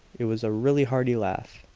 it was a really hearty laugh,